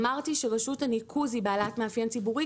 אמרתי שרשות הניקוז היא בעלת מאפיין ציבורי,